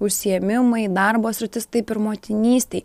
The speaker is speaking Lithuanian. užsiėmimai darbo sritis taip ir motinystei